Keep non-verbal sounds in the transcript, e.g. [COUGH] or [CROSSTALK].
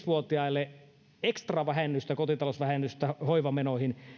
[UNINTELLIGIBLE] vuotiaille ekstravähennystä kotitalousvähennystä hoivamenoihin